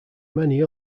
many